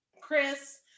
chris